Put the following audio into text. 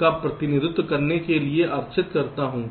का प्रतिनिधित्व करने के लिए आरक्षित करता हूं